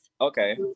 Okay